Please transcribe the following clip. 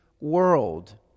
world